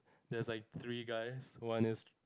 there's like three guys one is